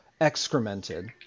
excremented